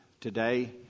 today